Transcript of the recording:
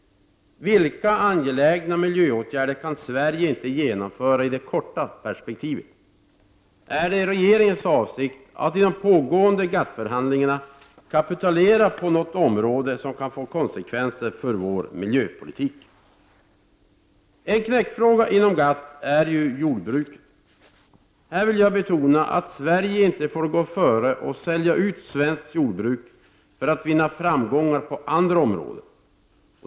Vilka angelägna miljöåtgärder kan Sverige inte genomföra i det korta perspektivet? Är regeringens avsikt att i de pågående GATT-förhandlingarna kapitulera på något område som kan få konsekvenser för vår miljöpolitik? En knäckfråga inom GATT är jordbruket. Här vill jag betona att Sverige inte får gå före och sälja ut svenskt jordbruk för att vinna framgångar på andra områden.